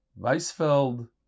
Weisfeld